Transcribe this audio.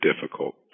difficult